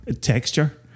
Texture